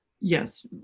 yes